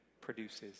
produces